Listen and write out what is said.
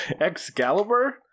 excalibur